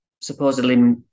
supposedly